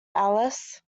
alice